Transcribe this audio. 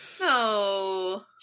No